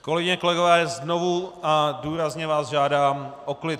Kolegyně, kolegové, znovu a důrazně vás žádám o klid.